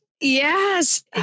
Yes